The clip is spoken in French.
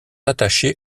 attachés